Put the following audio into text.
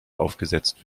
aufgesetzt